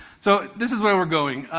so this is where we're going.